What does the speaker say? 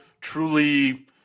truly